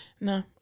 No